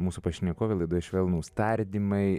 mūsų pašnekovė laidoje švelnūs tardymai